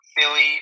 Philly